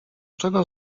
czego